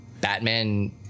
Batman